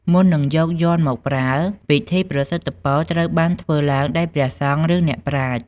មុននឹងយកយ័ន្តមកប្រើ ពិធីប្រសិទ្ធិពរត្រូវបានធ្វើឡើងដោយព្រះសង្ឃឬអ្នកប្រាជ្ញ។